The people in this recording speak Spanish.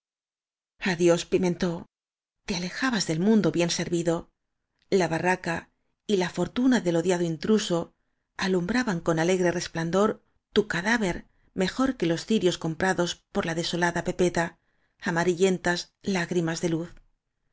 p mentó te alejabas del mundo bien servido la barraca y la fortuna del odiado intruso alumbraban con alegre resplandor tu cadáver mejor que los cirios comprados por áñ la desolada pepeta amarillentas lágrimas de luz